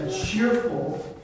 cheerful